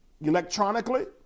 electronically